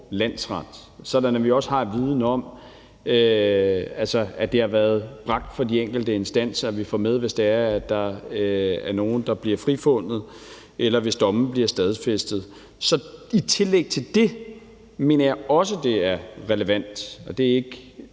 landsret, sådan at vi også har viden om, at det har været bragt for de enkelte instanser, og sådan at vi får det med, hvis det er, at der er der nogle, der bliver frifundet, eller hvis domme bliver stadfæstet. I tillæg til det mener jeg også, at det er det er relevant. Det er ikke